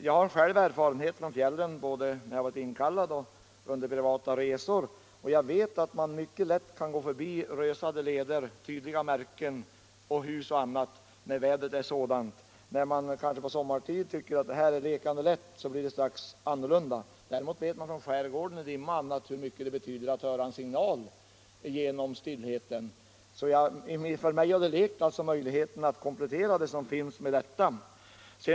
Jag har själv erfarenheter från fjällen, både när jag varit inkallad och under privata resor, och jag vet att man på mycket nära håll kan gå förbi rösningar i leder, tydliga märken, hus och annat när vädret är annorlunda än sommartid, då man tycker att det är lekande lätt att hitta. Vi vet också från skärgården hur mycket det betyder att vid dimma kunna höra en signal genom stillheten. För mig har alltså lekt en tanke om möjligheten att komplettera det som finns med ljusoch ljudsignaler.